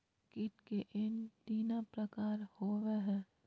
कीट के एंटीना प्रकार कि होवय हैय?